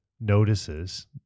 notices